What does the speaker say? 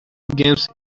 games